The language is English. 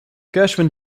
gershwin